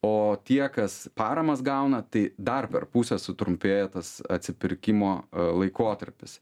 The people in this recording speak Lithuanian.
o tie kas paramas gauna tai dar per pusę sutrumpėja tas atsipirkimo laikotarpis